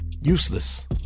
useless